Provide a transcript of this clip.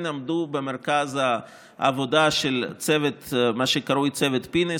עמדו במרכז העבודה של מה שקרוי "צוות פינס",